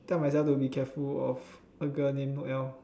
tell myself to be careful of a girl named Noelle